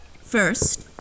First